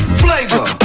flavor